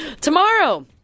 Tomorrow